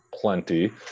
plenty